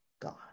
God